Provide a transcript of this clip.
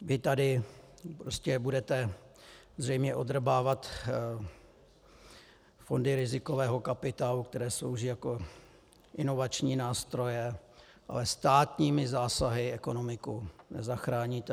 Vy tady budete zřejmě odrbávat fondy rizikového kapitálu, které slouží jako inovační nástroje, ale státními zásahy ekonomiku nezachráníte.